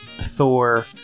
Thor